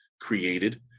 created